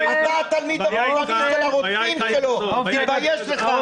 אתה --- תתבייש לך.